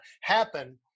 happen